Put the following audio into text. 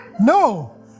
No